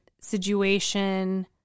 situation